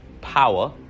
power